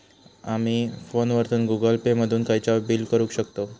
आमी फोनवरसून Google Pay मधून खयचाव बिल भरुक शकतव